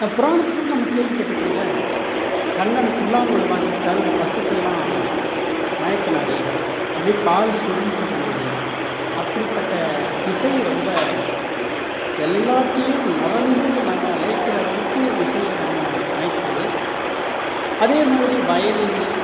புராணத்தில் கூட நம்ம கேள்விப்பட்டுருக்கோம்ல கண்ணன் புல்லாங்குழல் வாசித்தார் அந்தப் பசுக்கள்லாம் மயக்குனாரு அப்டியே பால் சொரிஞ்சிக்கிட்டுருந்துது அப்படிப்பட்ட இசை ரொம்ப எல்லாத்தையும் மறந்து நம்ம லயிக்கிற அளவுக்கு இசை நம்ம மயக்கிடுது அதேமாதிரி வயலின்னு